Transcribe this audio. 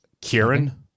Kieran